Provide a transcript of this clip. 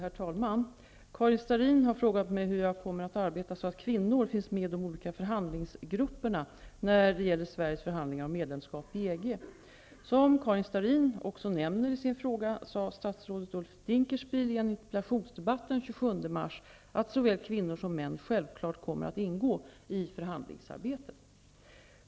Herr talman! Karin Starrin har frågat mig hur jag kommer att arbeta så att kvinnor finns med i de olika förhandlingsgrupperna när det gäller Sveriges förhandlingar om medlemskap i EG. Som Karin Starrin också nämner i sin fråga sade statsrådet Ulf Dinkelspiel i en interpellationsdebatt den 27 mars att såväl kvinnor som män självfallet kommer att delta i förhandlingsarbetet.